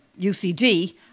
UCD